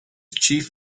chief